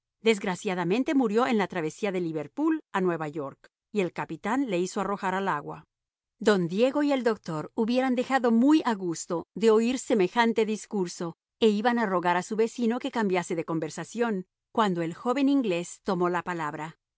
desgraciadamente murió en la travesía de liverpool a nueva york y el capitán le hizo arrojar al agua don diego y el doctor hubieran dejado muy a gusto de oír semejante discurso e iban a rogar a su vecino que cambiase de conversación cuando el joven inglés tomó la palabra